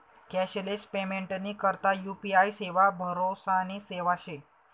cashless पेमेंटनी करता UPI सेवा भरोसानी सेवा शे